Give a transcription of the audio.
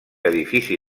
edifici